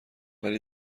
ولی